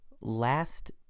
last